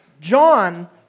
John